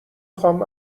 خوام